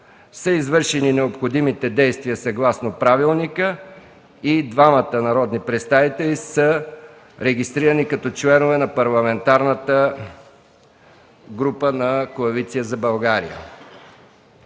са извършени необходимите действия, съгласно Правилника, и двамата народни представители са регистрирани като членове на Парламентарната група на Коалиция за България.